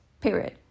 period